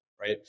right